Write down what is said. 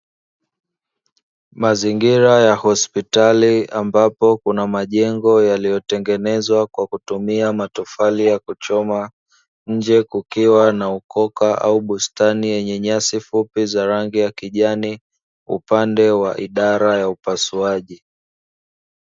Mazingira ya hospitali ambapo kuna majengo yaliyotengenezwa kwa kutumia matofali ya kuchoma. Nje kukiwa na ukoka au bustani yenye nyasi fupi za rangi ya kijani, upande wa idara ya upasuaji.